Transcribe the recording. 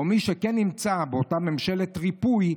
או מי שכן נמצא באותה ממשלת ריפוי,